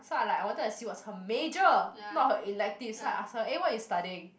so I like I wanted to see what's her major not her elective so I ask her eh what you studying